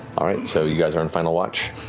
all right, so you guys are on final watch.